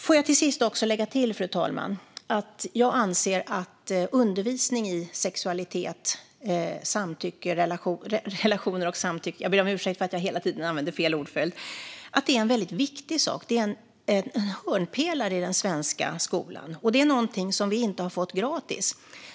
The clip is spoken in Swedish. Till sist vill jag också lägga till, fru talman, att jag anser att undervisning i sexualitet, samtycke och relationer är en väldigt viktig sak. Det är en hörnpelare i den svenska skolan, och det är någonting som vi inte har fått gratis.